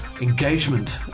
engagement